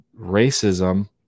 racism